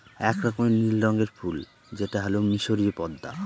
এক রকমের নীল রঙের ফুল যেটা হল মিসরীয় পদ্মা